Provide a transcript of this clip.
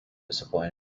disappointed